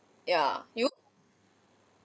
ya you